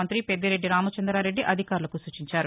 మంగ్రి పెద్దిరెద్ది రామచందారెద్ది అధికారులకు సూచించారు